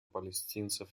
палестинцев